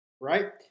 right